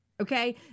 okay